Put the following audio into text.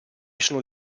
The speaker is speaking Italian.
sono